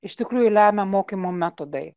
iš tikrųjų lemia mokymo metodai